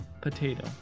Potato